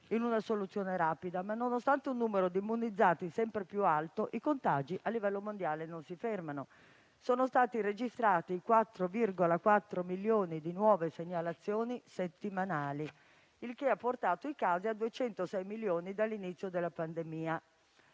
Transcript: in una soluzione rapida, ma nonostante un numero di immunizzati sempre più alto, i contagi a livello mondiale non si fermano. Sono stati registrati 4,4 milioni di nuove segnalazioni settimanali, il che ha portato i casi a 206 milioni dall'inizio della pandemia.